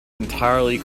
entirely